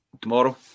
Tomorrow